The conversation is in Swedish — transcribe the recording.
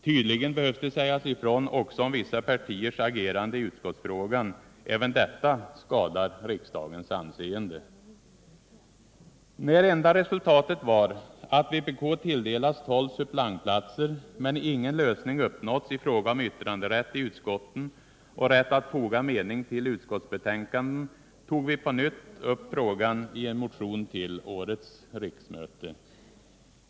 Tydligen behöver det sägas ifrån också om vissa partiers agerande i utskottsfrågan. Även detta skadar riksdagens anseende. När enda resultatet var att vpk tilldelats tolv suppleantplatser men ingen lösning uppnåtts i fråga om yttranderätt i utskotten och rätt att foga mening till utskottsbetänkanden, tog vi på nytt upp frågan i en motion till årets riksmöte.